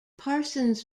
parsons